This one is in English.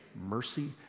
mercy